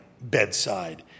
bedside